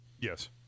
Yes